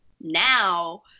Now